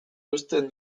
uzten